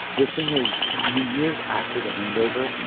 the thing is, in the years after the handover,